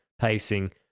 pacing